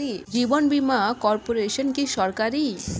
জীবন বীমা কর্পোরেশন কি সরকারি?